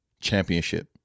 championship